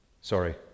Sorry